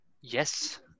Yes